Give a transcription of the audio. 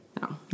No